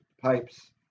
pipes